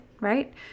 right